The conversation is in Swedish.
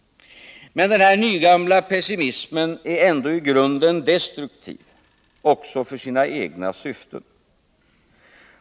Men den här nygamla pessimismen är ändå i grunden destruktiv, också för sina egna syften.